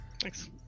Thanks